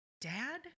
dad